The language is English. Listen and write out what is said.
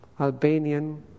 Albanian